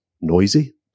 noisy